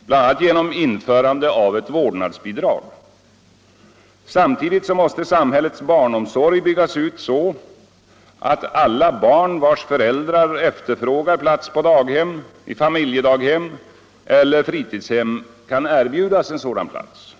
bl.a. genom införande av ett vårdnadsbidrag. Samtidigt måste samhällets barnomsorg byggas ut så att alla barn vilkas föräldrar efterfrågar plats på daghem, i familjedaghem eller fritidshem kan erbjudas en sådan plats.